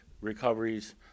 recoveries